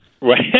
Right